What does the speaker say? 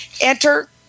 enter